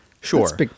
sure